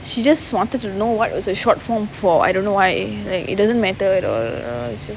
she just wanted to know what was the short form for I don't know why like it doesn't matter at all